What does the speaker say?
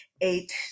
eight